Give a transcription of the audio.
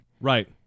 Right